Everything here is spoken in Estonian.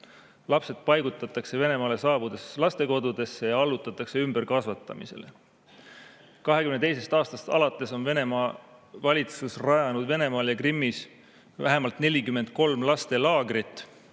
Lapsed paigutatakse Venemaale saabudes lastekodudesse ja allutatakse ümberkasvatamisele. 2022. aastast alates on Venemaa valitsus rajanud Venemaal ja Krimmis vähemalt 43 lastelaagrit.